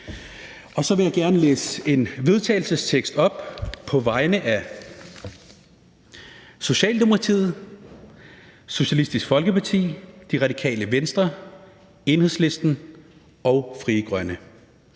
ligestilling. Så vil jeg på vegne af Socialdemokratiet, Socialistisk Folkeparti, Det Radikale Venstre, Enhedslisten og Frie Grønne